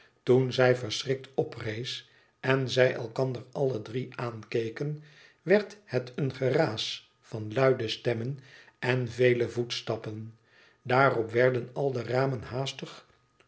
toen zij verschrikt oprees en zij elkander alle drie aankeken werd het een geraas van luide stemmen en vele voetstappen daarop werden al de ramen haastig